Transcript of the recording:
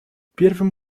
первым